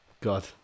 God